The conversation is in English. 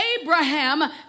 Abraham